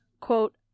quote